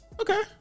Okay